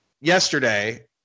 yesterday